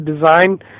design